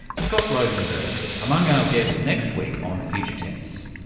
scott rosenberg, among our guests next week on future tense.